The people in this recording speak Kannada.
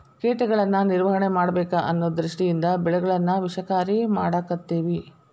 ಕೇಟಗಳನ್ನಾ ನಿರ್ವಹಣೆ ಮಾಡಬೇಕ ಅನ್ನು ದೃಷ್ಟಿಯಿಂದ ಬೆಳೆಗಳನ್ನಾ ವಿಷಕಾರಿ ಮಾಡಾಕತ್ತೆವಿ